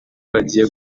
bagiye